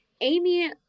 Amy